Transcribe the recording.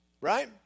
Right